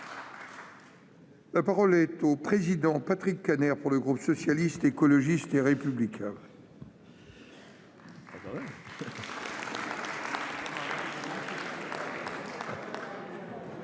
La parole est à M. Patrick Kanner, pour le groupe Socialiste, Écologiste et Républicain.